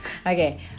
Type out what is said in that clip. Okay